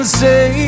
say